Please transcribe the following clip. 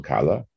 Kala